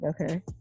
Okay